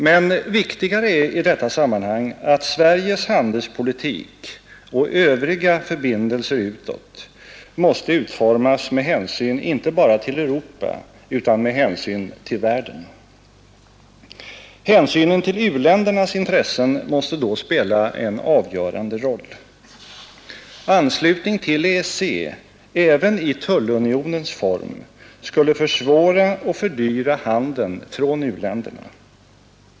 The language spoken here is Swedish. Men viktigare är i detta sammanhang att Sveriges handelspolitik och övriga förbindelser utåt måste utformas med hänsyn inte bara till Europa utan med hänsyn till världen. Hänsynen till u-dändernas intressen måste då spela en avgörande roll. Anslutning till EEC — även i tullunionens form — skulle försvåra och fördyra handeln från u-länderna.